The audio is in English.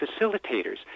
facilitators